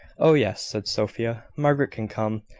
oh, yes, said sophia margaret can come.